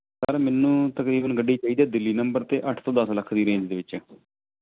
sir ਮੈਨੂੰ ਤਕਰੀਬਨ ਗੱਡੀ ਚਾਹੀਦੀ ਹੈ ਦਿੱਲੀ ਨੰਬਰ ਅਤੇ ਅੱਠ ਤੋਂ ਦਸ ਲੱਖ ਰੁਪਏ ਦੇ ਰੇਂਜ ਵਿੱਚ